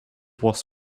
was